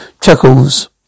Chuckles